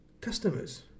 customers